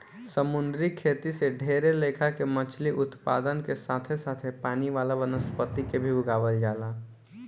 समुंद्री खेती से ढेरे लेखा के मछली उत्पादन के साथे साथे पानी वाला वनस्पति के भी उगावल जाला